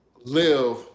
live